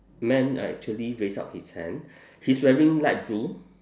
man uh actually raise out his hand he's wearing light blue